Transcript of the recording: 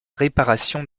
réparation